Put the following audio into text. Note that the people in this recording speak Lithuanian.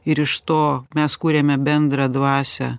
ir iš to mes kuriame bendrą dvasią